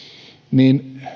niin